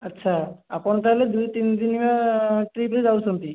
ଆଚ୍ଛା ଆପଣ ତା'ହେଲେ ଦୁଇ ତିନି ଦିନିଆ ଟ୍ରିପ୍ରେ ଯାଉଛନ୍ତି